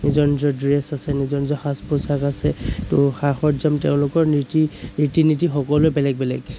নিজৰ নিজৰ ড্ৰেচ আছে নিজৰ নিজৰ সাজ পোছাক আছে ত' সা সৰঞ্জাম তেওঁলোকৰ নীতি ৰীতি নীতি সকলোৰে বেলেগ বেলেগ